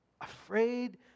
afraid